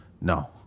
No